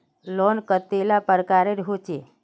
Loan कतेला प्रकारेर होचे?